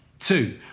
Two